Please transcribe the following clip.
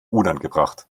unangebracht